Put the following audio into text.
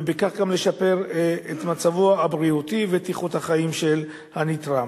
ובכך גם לשפר את המצב הבריאותי ואת איכות החיים של הנתרם.